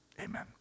Amen